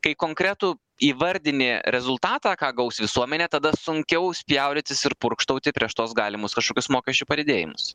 kai konkretų įvardini rezultatą ką gaus visuomenė tada sunkiau spjaudytis ir purkštauti prieš tuos galimus kažkokius mokesčių padidėjimus